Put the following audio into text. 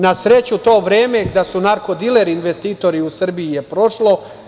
Na sreću, to vreme da su narko-dileri investitori u Srbiji je prošlo.